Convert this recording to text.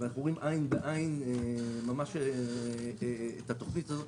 אנחנו רואים עין בעין את התוכנית הזאת